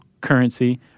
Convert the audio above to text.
currency